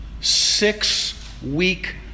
six-week